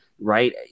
Right